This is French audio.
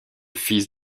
fils